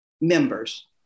members